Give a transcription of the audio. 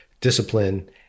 discipline